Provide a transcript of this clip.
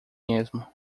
mesmo